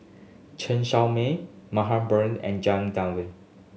Chen Show Mao Mariam Baharom and Janadas Devan